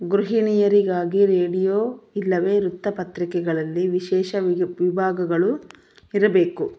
ಗೃಹಿಣಿಯರಿಗಾಗಿ radio ಇಲ್ಲವೇ ವೃತ್ತಪತ್ರಿಕೆಗಳಲ್ಲಿ ವಿಶೇಷ ವಿಬ್ ವಿಭಾಗಗಳು ಇರಬೇಕು